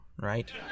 right